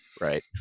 right